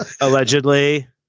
allegedly